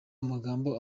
amagambo